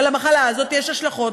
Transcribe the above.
ולמחלה הזאת יש השלכות,